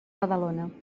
badalona